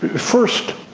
but first,